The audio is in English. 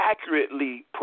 accurately